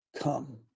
come